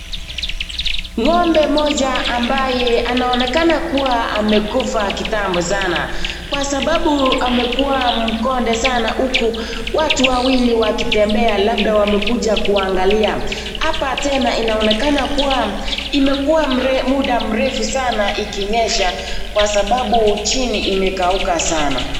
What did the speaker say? Ng'ombe mmoja ambaye anaonekana kuwa amekufa kitambo sana kwa sababu amekuwa mkonde sana huku watu wawili wakitembea labda wamekuja kuangalia. Hapa tena inaonekana kuwa imekuwa muda mrefu sana ikinyesha kwa sababu chini imekauka sana.